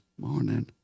morning